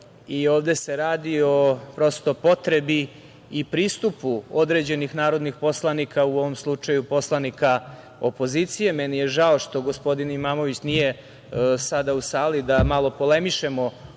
ovde se radi o prosto potrebi i pristupu određenih narodnih poslanika, u ovom slučaju poslanika opozicije. Meni je žao što gospodin Imamović nije sada u sali da malo polemišemo oko